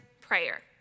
prayer